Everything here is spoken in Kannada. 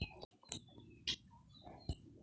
ಡ್ರಿಪ್ ನೀರಾವರಿ ಒಳ್ಳೆಯದೇ?